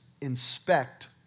inspect